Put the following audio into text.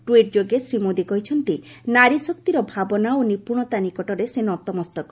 tweet ଯୋଗେ ଶ୍ରୀ ମୋଦି କହିଛନ୍ତି ନାରୀ ଶକ୍ତିର ଭାବନା ଓ ନିପୁଣତା ନିକଟରେ ସେ ନତମସ୍ତକ